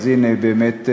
אז הנה, באמת,